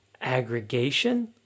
aggregation